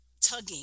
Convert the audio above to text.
tugging